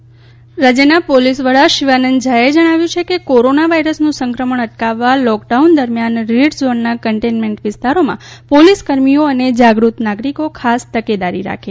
શિવાનંદ ઝા રાજ્યના પોલીસ વડા શિવાનંદ ઝા એ જણાવ્યું છે કે કોરોના વાયરસનું સંક્રમણ અટકાવવા લોકડાઉન દરમિથાન રેડ ઝોનના કન્ટેનમેન્ટ વિસ્તારોમાં પોલીસ કર્મીઓ અને જાગૃતિ નાગરીકો ખાસ તકેદારી રાખે